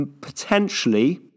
potentially